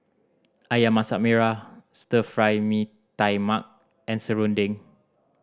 Ayam Masak Merah Stir Fry Mee Tai Mak and serunding